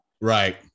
Right